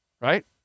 Right